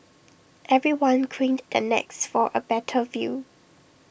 everyone craned the necks for A better view